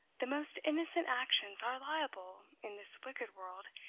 the most innocent actions are liable, in this wicked world,